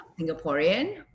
Singaporean